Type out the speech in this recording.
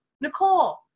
Nicole